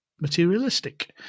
Materialistic